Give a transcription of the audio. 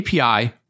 API